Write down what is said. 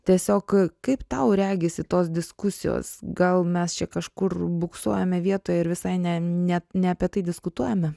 tiesiog kaip tau regisi tos diskusijos gal mes čia kažkur buksuojame vietoj ir visai ne ne ne apie tai diskutuojame